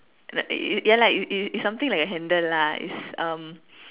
like ya lah it it it's something like a handle lah it's um